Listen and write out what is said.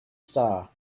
star